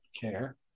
care